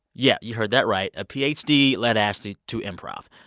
yeah, you heard that right. a ph d. lead ashley to improv.